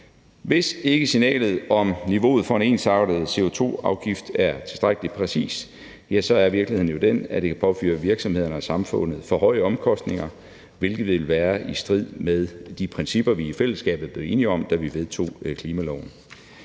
Hvis ikke signalet om niveauet for en ensartet CO2-afgift er tilstrækkelig præcist, er virkeligheden jo den, at det kan påføre virksomhederne og samfundet for høje omkostninger, hvilket vil være i strid med de principper, vi i fællesskab er blevet enige om, da vi vedtog klimaloven.